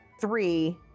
three